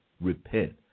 repent